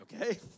Okay